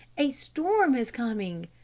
a storm is coming!